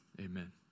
amen